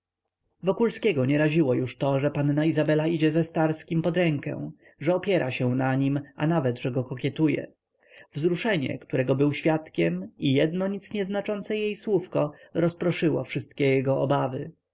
powtórzył wokulskiego nie raziło już to że panna izabela idzie ze starskim pod rękę że opiera się na nim a nawet że go kokietuje wzruszenie którego był świadkiem i jedno nic nieznaczące jej słówko rozproszyło wszystkie jego obawy